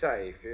safe